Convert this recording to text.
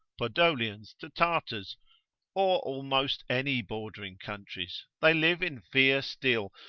podolians to tartars, or almost any bordering countries, they live in fear still,